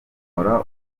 nkora